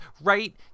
right